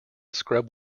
scrub